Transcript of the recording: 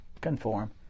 conform